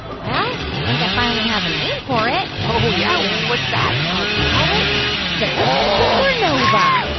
well, i think i finally have a name for it oh, yeah? what's that? i'll call it the supernova,